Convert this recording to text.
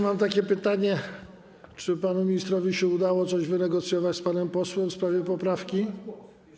Mam takie pytanie, czy panu ministrowi udało się coś wynegocjować z panem posłem w sprawie poprawki.